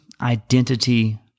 identity